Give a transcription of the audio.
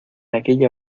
aquella